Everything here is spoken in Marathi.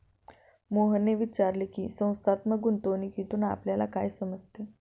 मोहनने विचारले की, संस्थात्मक गुंतवणूकीतून आपल्याला काय समजते?